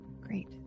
Great